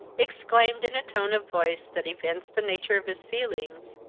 exclaimed, in a tone of voice that evinced the nature of his feelings,